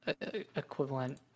equivalent